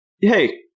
Hey